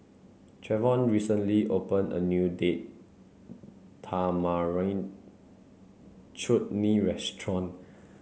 Trevon recently opened a new Date Tamarind Chutney Restaurant